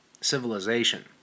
civilization